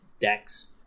decks